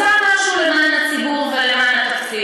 אז "קבוצת המעודדות" שיושבת כאן גם עושה משהו למען הציבור ולמען התקציב.